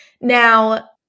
Now